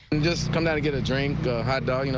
just come down to get a drink, a hot dog,